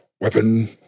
weapon